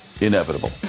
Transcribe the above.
Inevitable